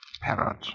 Parrot